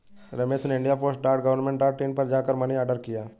रमेश ने India post dot government dot in पर जा कर मनी ऑर्डर किया